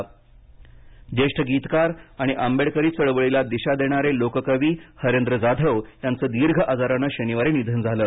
हरेंद्र जाधव निधन ज्येष्ठ गीतकार आणि आंबेडकरी चळवळीला दिशा देणारे लोककवी हरेंद्र जाधव यांचं दीर्घ आजारानं शनिवारी निधन झालं